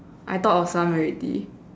I thought of some already